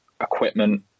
equipment